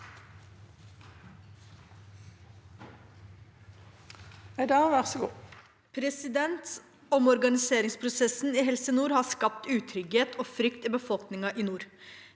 «Omorganiseringspro- sessen i Helse Nord har skapt utrygghet og frykt i befolkninga i nord.